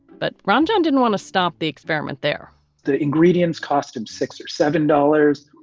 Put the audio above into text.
but brownjohn didn't want to stop the experiment there the ingredients cost him six or seven dollars.